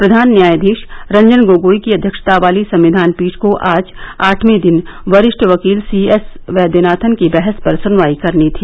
प्रधान न्यायाधीश रंजन गोगोई की अध्यक्षता वाली संविधान पीठ को आज आठवें दिन वरिष्ठ वकील सी एस वैद्यनाथन की बहस पर सुनवाई करनी थी